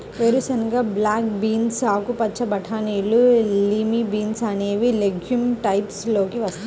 వేరుశెనగ, black beans, ఆకుపచ్చ బటానీలు, లిమా బీన్స్ అనేవి లెగమ్స్ టైప్స్ లోకి వస్తాయి